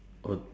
own